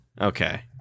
Okay